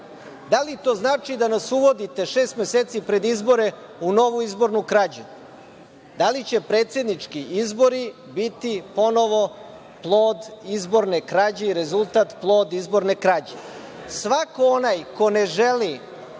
Da li to znači da nas uvodite šest meseci pred izbore u novu izbornu krađu? Da li će predsednički izbori biti ponovo plod izborne krađe i rezultat – plod izborne krađe? Svako